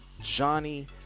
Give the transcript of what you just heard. Johnny